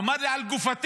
אמר לי: על גופתי.